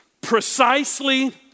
precisely